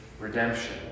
redemption